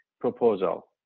proposal